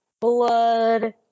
blood